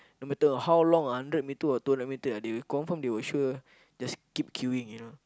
no matter how long hundred meter or two hundred meter confirm they will sure just keep queueing you know